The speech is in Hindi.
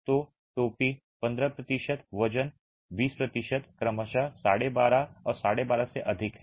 तो टोपी 15 प्रतिशत और वजन 20 प्रतिशत क्रमशः 125 और 125 से अधिक है